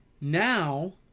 Now